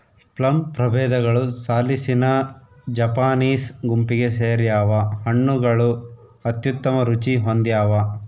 plum ಪ್ರಭೇದಗಳು ಸಾಲಿಸಿನಾ Japanese ಗುಂಪಿಗೆ ಸೇರ್ಯಾವ ಹಣ್ಣುಗಳು ಅತ್ಯುತ್ತಮ ರುಚಿ ಹೊಂದ್ಯಾವ